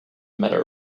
matter